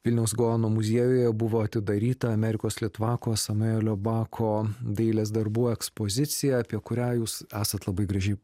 vilniaus gaono muziejuje buvo atidaryta amerikos litvako samuelio bako dailės darbų ekspozicija apie kurią jūs esat labai gražiai